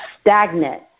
stagnant